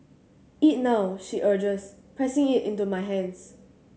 eat now she urges pressing it into my hands